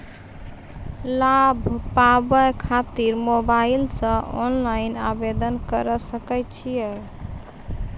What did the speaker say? लाभ पाबय खातिर मोबाइल से ऑनलाइन आवेदन करें सकय छियै?